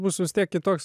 būste vis tiek kitoks